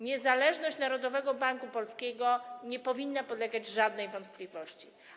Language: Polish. Niezależność Narodowego Banku Polskiego nie powinna podlegać żadnej wątpliwości.